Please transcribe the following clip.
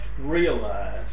realize